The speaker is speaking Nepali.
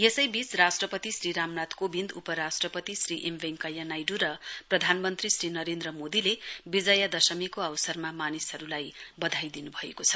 यसैवीच राष्ट्पति श्री रामनाथ कोविन्द उपराष्ट्रपति श्री एम वैंक्वैया नाइडु र प्रधानमन्त्री श्री नरेन्द्र मोदीले विजयादशमी को अवसरमा मानिसहरुलाई वधाई दिनुभएको छ